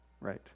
right